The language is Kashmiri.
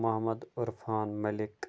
محمد عرفان مٔلِک